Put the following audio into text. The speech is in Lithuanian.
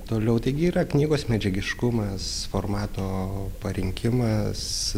toliau taigi yra knygos medžiagiškumas formato parinkimas